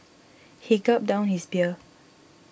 he gulped down his beer